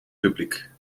publiek